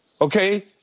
okay